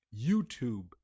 YouTube